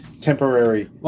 temporary